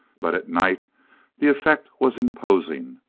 but at night the effect was imposing,